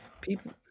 People